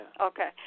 Okay